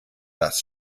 das